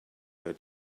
her